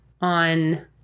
on